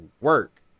work